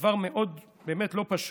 דבר באמת מאוד לא פשוט.